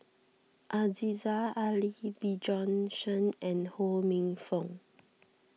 Aziza Ali Bjorn Shen and Ho Minfong